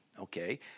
okay